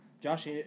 Josh